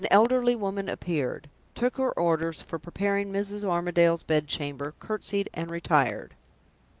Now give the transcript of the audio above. an elderly woman appeared, took her orders for preparing mrs. armadale's bed-chamber, courtesied, and retired.